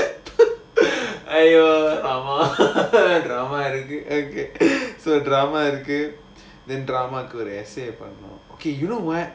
!aiyo! !alamak! drama எனக்கு:enakku so drama எனக்கு:enakku and then drama good essay but okay you know [what]